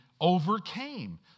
overcame